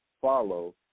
follow